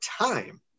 time